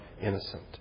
innocent